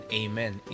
amen